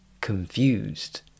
confused